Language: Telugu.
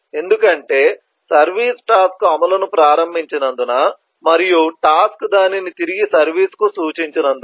ఎందుకంటే సర్వీస్ టాస్క్ అమలును ప్రారంభించినందున మరియు టాస్క్ దానిని తిరిగి సర్వీస్ కు సూచించినందున